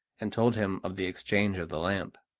and told him of the exchange of the lamp.